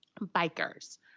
bikers